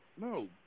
No